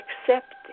Accept